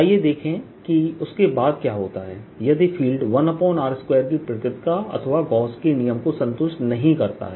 आइए देखें कि उसके बाद क्या होता है यदि फील्ड 1r2 की प्रकृति का अथवा गॉस का नियमGauss's Law को संतुष्ट नहीं करता है